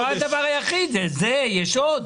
זה לא הדבר היחיד, יש את זה, יש עוד.